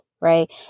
right